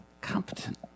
competent